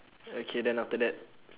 okay then after that